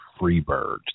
Freebirds